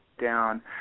down